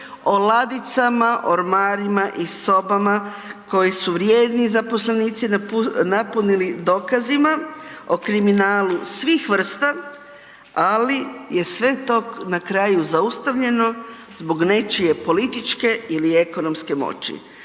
o ladicama, ormarima i sobama koji su vrijedni zaposlenici napunili dokazima o kriminalu svih vrsta ali je sve to na kraju zaustavljeno zbog nečije političke ili ekonomske moći.